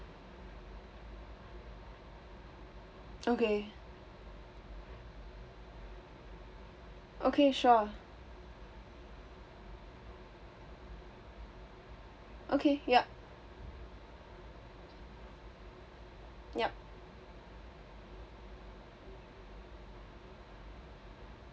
okay okay sure okay yup yup